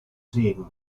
segen